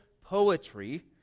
poetry